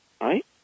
right